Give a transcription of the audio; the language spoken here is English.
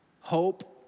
Hope